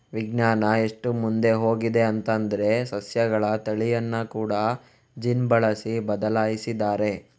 ವಿಜ್ಞಾನ ಎಷ್ಟು ಮುಂದೆ ಹೋಗಿದೆ ಅಂತಂದ್ರೆ ಸಸ್ಯಗಳ ತಳಿಯನ್ನ ಕೂಡಾ ಜೀನ್ ಬಳಸಿ ಬದ್ಲಾಯಿಸಿದ್ದಾರೆ